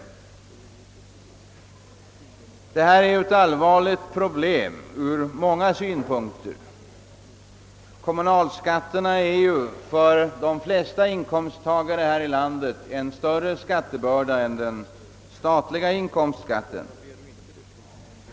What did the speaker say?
Detta är ett allvarligt problem från många synpunkter, ty kommunalskatten utgör ju för de flesta inkomsttagarna här i landet en större skattebörda än den statliga inkomstskatten.